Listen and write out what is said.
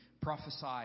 Prophesy